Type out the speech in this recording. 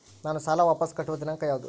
ನಾನು ಸಾಲ ವಾಪಸ್ ಕಟ್ಟುವ ದಿನಾಂಕ ಯಾವುದು?